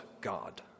God